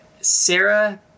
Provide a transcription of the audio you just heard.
Sarah